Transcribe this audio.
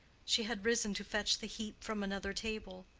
she had risen to fetch the heap from another table.